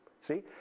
See